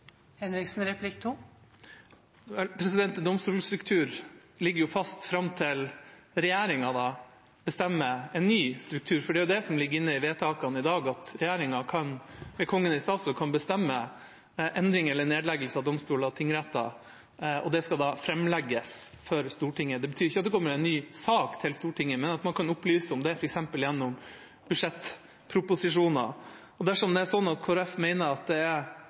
ligger jo fast fram til regjeringen bestemmer en ny struktur. Det er jo det som ligger inne i vedtakene i dag, at regjeringen ved Kongen i statsråd kan bestemme endring eller nedleggelse av domstoler og tingretter, og det skal da framlegges for Stortinget. Det betyr ikke at det kommer en ny sak til Stortinget, men at man kan opplyse om det f.eks. gjennom budsjettproposisjoner. Dersom det er sånn at Kristelig Folkeparti mener det er